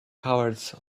cowards